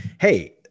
Hey